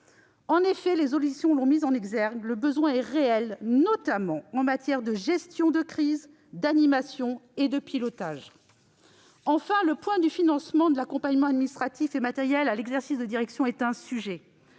En effet, les auditions ont montré que le besoin est réel, notamment en matière de gestion de crise, d'animation et de pilotage. Enfin, le financement de l'accompagnement administratif et matériel à l'exercice de direction pose question.